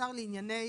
לשר לענייני